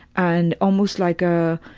and almost like a,